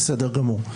בסדר גמור,